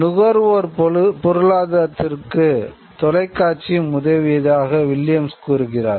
நுகர்வோர் பொருளாதாரத்திற்கு தொலைக்காட்சியும் உதவியதாக வில்லியம்ஸ் கூறுகிறார்